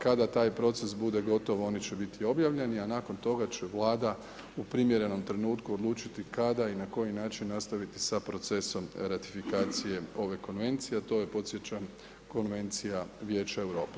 Kada taj proces bude gotov oni će biti objavljeni, a nakon toga će Vlada u primjerenom trenutku odlučiti kada i na koji način nastaviti sa procesom ratifikacije ove konvencije, a to je podsjećam Konvencija Vijeća Europe.